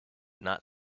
not